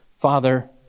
Father